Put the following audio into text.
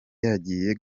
yagiye